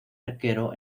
arquero